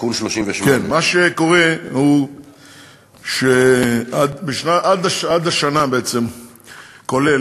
תיקון 38. כן, מה שקורה הוא שעד השנה, כולל,